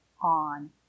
on